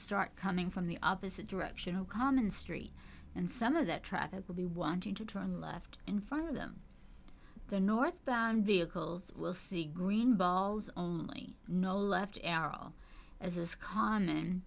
start coming from the opposite direction a common street and some of that traffic will be wanting to turn left in front of them the northbound vehicles will see green balls only no left al as is c